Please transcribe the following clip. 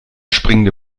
springende